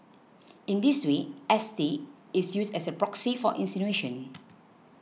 in this way S T is used as a proxy for insinuation